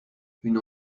une